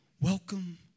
welcome